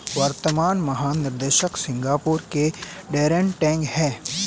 वर्तमान महानिदेशक सिंगापुर के डैरेन टैंग हैं